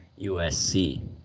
USC